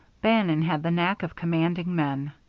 bannon had the knack of commanding men.